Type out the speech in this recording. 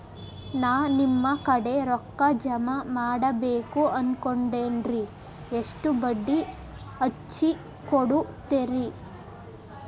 ನಾ ನಿಮ್ಮ ಕಡೆ ರೊಕ್ಕ ಜಮಾ ಮಾಡಬೇಕು ಅನ್ಕೊಂಡೆನ್ರಿ, ಎಷ್ಟು ಬಡ್ಡಿ ಹಚ್ಚಿಕೊಡುತ್ತೇರಿ?